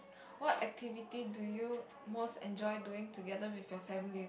what activity do you most enjoy doing together with your family